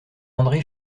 andré